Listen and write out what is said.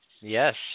Yes